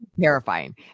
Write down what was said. terrifying